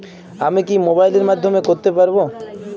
আমি কি মোবাইলের মাধ্যমে করতে পারব?